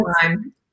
time